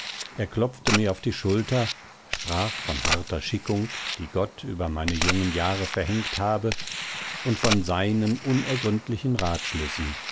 er klopfte mir auf die schulter sprach von harter schickung die gott über meine jungen jahre verhängt habe und von seinen unergründlichen